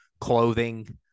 clothing